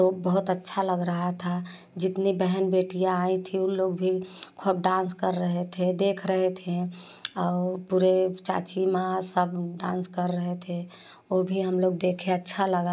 तो बहुत अच्छा लग रहा था जितने बहन बेटियाँ आई थी उन लोग भी खूब डांस कर रहे थे देख रहे थे और पूरे चाची माँ सब डांस कर रहे थे वो भी हम लोग देखे अच्छा लगा